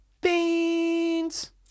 Beans